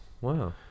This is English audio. Wow